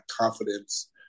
confidence